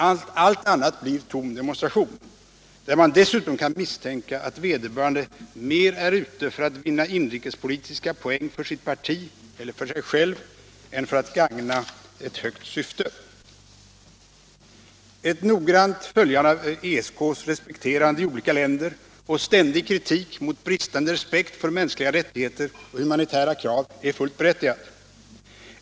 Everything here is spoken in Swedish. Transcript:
Allt annat blir tom demonstration, där man dessutom kan misstänka att vederbörande mer är ute för att vinna inrikespolitiska poäng för sitt parti eller för sig själv än för att gagna ett högt syfte. 119 Ett noggrant följande av hur ESK respekteras i olika länder och ständig kritik mot bristande respekt för mänskliga rättigheter och humanitära krav är fullt berättigat.